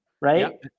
right